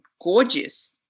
gorgeous